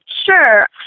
Sure